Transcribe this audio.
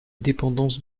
dépendance